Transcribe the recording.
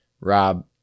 Rob